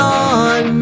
on